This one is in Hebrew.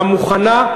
המוכנה,